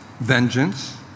vengeance